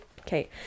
Okay